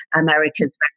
America's